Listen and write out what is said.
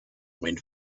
went